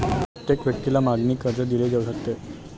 प्रत्येक व्यक्तीला मागणी कर्ज दिले जाऊ शकते